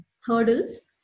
hurdles